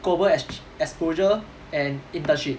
global ex~ exposure and internship